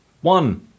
One